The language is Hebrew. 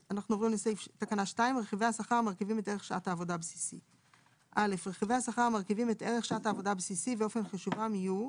אנחנו עוברים לתקנה 2. רכיבי השכר המרכיבים את ערך שעת עבודה הבסיסי 2. (א) רכיבי השכר המרכיבים את ערך שעת העבודה הבסיסי ואופן חישובם יהיו: